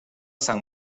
san